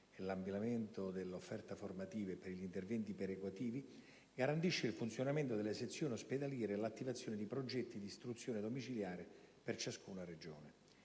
l'ampliamento dell'offerta formativa e per gli interventi perequativi, garantisce il funzionamento delle sezioni ospedaliere e l'attivazione di progetti di istruzione domiciliare per ciascuna Regione.